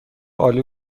آلو